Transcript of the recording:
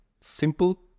simple